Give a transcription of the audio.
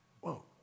Whoa